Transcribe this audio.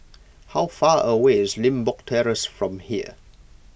how far away is Limbok Terrace from here